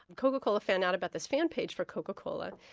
and coca cola found out about this fan page for coca cola,